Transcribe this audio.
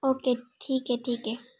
okay ठीक आहे ठीक आहे